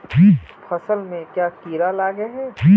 फसल में क्याँ कीड़ा लागे है?